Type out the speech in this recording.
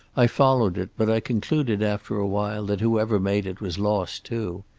i followed it, but i concluded after a while that whoever made it was lost, too.